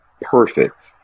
perfect